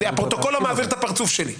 הפרוטוקול לא מעביר את הפרצוף שלי.